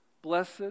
Blessed